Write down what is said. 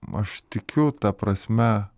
aš tikiu ta prasme